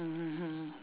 mmhmm hmm